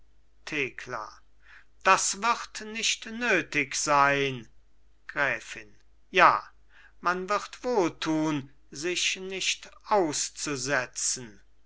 thekla das wird nicht nötig sein gräfin ja man wird wohltun sich nicht auszusetzen